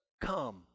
come